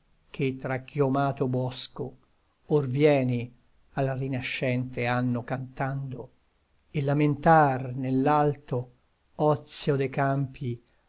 che tra chiomato bosco or vieni il rinascente anno cantando e lamentar nell'alto ozio de campi